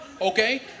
okay